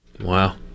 Wow